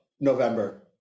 November